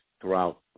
throughout